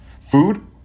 food